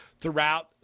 throughout